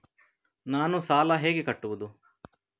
ನಾನು ಸಾಲ ಹೇಗೆ ಕಟ್ಟುವುದು?